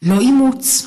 לא אימוץ,